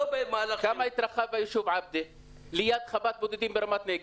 כמה התרחב היישוב עבדה ליד חוות בודדים ברמת נגב?